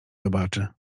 zobaczy